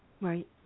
Right